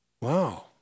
Wow